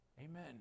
Amen